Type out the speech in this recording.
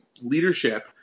leadership